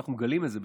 אנחנו מגלים את זה,